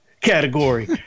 category